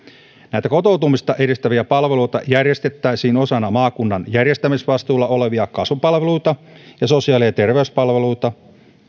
näitä kotoutumista edistäviä palveluja järjestettäisiin osana maakunnan järjestämisvastuulla olevia kasvupalveluita ja sosiaali ja terveyspalveluita